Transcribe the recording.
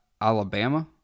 alabama